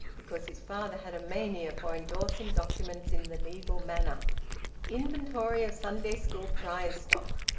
because his father had a mania for endorsing documents in the legal manner inventory of sunday school prize stock.